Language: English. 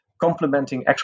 complementing